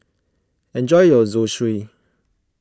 enjoy your Zosui